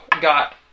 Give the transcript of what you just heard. got